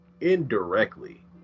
Indirectly